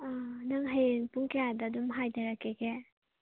ꯑꯥ ꯅꯪ ꯍꯌꯦꯡ ꯄꯨꯡ ꯀꯌꯥꯗ ꯑꯗꯨꯝ ꯍꯥꯏꯗꯔꯛꯀꯦꯒꯦ